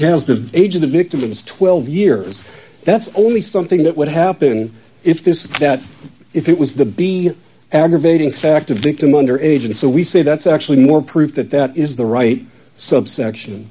has the age of the victim is twelve years that's only something that would happen if this that if it was the be aggravating factor victim under age and so we say that's actually more proof that that is the right subsection